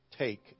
Take